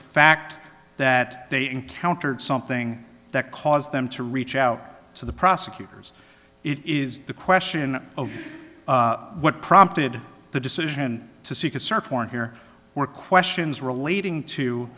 fact that they encountered something that caused them to reach out to the prosecutors it is the question of what prompted the decision to seek a search warrant here were questions relating to